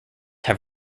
have